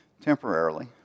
Temporarily